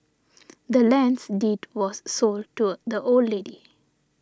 the land's deed was sold to a the old lady